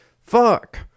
Fuck